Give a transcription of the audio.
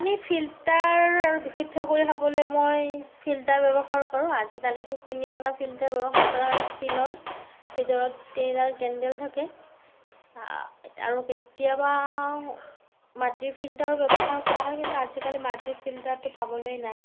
পানী ফিল্টাৰ আৰু বিশুদ্ধ কৰি খাবলৈ মই ফিল্টাৰ ব্যৱহাৰ কৰোঁ আজিকালিতো কিনি অনা ফিল্টাৰ ব্যৱহাৰ কৰা হয় ষ্টীলৰ ভিতৰত তিনিডাল কেন্দেল থাকে আৰু কেতিয়াবা মাটিৰ ফিল্টাৰো ব্যৱহাৰ কৰা হয় কিন্তু আজিকালি মাটিৰ ফিল্টাৰটো পাবলৈ নাই